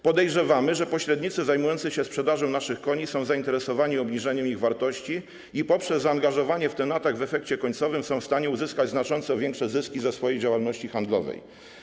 Podejrzewamy, że pośrednicy zajmujący się sprzedażą naszych koni są zainteresowani obniżeniem ich wartości i poprzez zaangażowanie w ten atak w efekcie są w stanie uzyskać znacząco większe zyski ze swojej działalności handlowej.